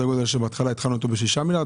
גודל שבהתחלה התחלנו אותו בשישה מיליארד,